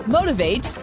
Motivate